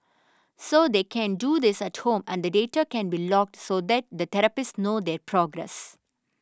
so they can do this at home and the data can be logged so that the therapist knows their progress